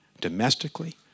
domestically